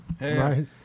Right